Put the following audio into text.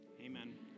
Amen